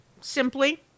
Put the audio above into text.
simply